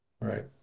Right